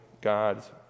God's